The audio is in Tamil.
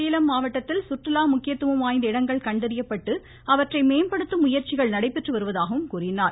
சேலம் மாவட்டத்தில் சுற்றுலா முக்கியத்துவம் வாய்ந்த இடங்கள் கண்டறியப்பட்டு அவற்றை மேம்படுத்தும் முயற்சிகள் நடைபெற்று வருவதாக கூறினார்